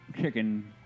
chicken